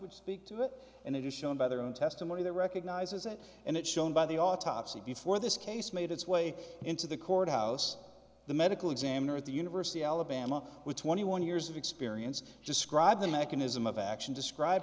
which speak to it and it is shown by their own testimony that recognizes it and it shown by the autopsy before this case made its way into the courthouse the medical examiner at the university of alabama with twenty one years of experience describe the mechanism of action described